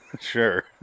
Sure